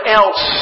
else